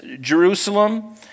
Jerusalem